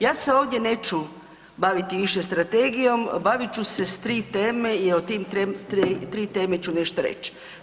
Ja se ovdje neću baviti više Strategijom, bavit ću se s 3 teme i te 3 teme ću nešto reći.